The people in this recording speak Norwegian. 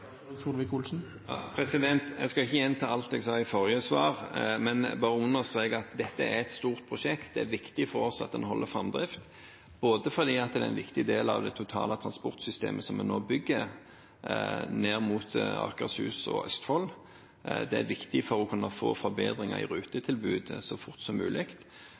Jeg skal ikke gjenta alt jeg sa i forrige svar, men bare understreke at dette er et stort prosjekt. Det er viktig for oss at en har framdrift, både fordi det er en viktig del av det totale transportsystemet som vi nå bygger mot Akershus og Østfold, fordi det er viktig for å kunne få forbedringer av rutetilbudet så fort som mulig,